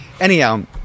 Anyhow